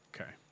Okay